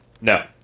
No